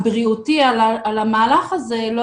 מה זה במי